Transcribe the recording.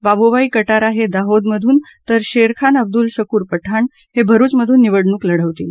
बाबुभाई कटारा हे दाहोदमधून तर शेरखान अब्दुल शकूर पठाण हे भरुच मधून निवडणूक लढवतील